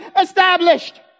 established